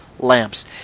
Lamps